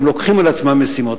הם לוקחים על עצמם משימות.